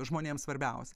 žmonėms svarbiausi